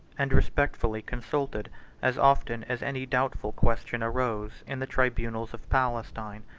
and respectfully consulted as often as any doubtful question arose in the tribunals of palestine.